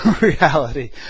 reality